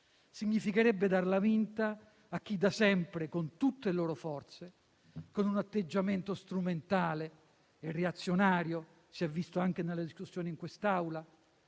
Significherebbe darla vinta a chi da sempre, con tutte le proprie forze e con un atteggiamento strumentale e reazionario - si è visto anche nella discussione in quest'Aula